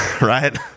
right